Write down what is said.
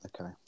Okay